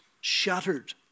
Shattered